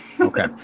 Okay